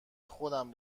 خودم